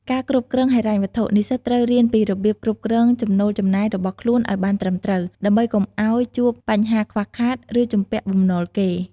ការគ្រប់គ្រងហិរញ្ញវត្ថុ និស្សិតត្រូវរៀនពីរបៀបគ្រប់គ្រងចំណូលចំណាយរបស់ខ្លួនឲ្យបានត្រឹមត្រូវ ដើម្បីកុំឲ្យជួបបញ្ហាខ្វះខាត ឬជំពាក់បំណុលគេ។